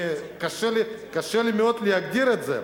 קשה לי מאוד להגדיר את זה,